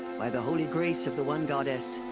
by the holy grace of the one goddess.